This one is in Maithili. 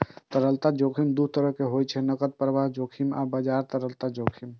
तरलता जोखिम दू तरहक होइ छै, नकद प्रवाह जोखिम आ बाजार तरलता जोखिम